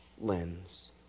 lens